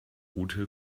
ute